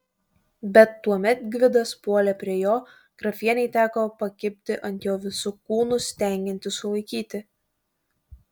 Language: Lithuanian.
bet tuomet gvidas puolė prie jo grafienei teko pakibti ant jo visu kūnu stengiantis sulaikyti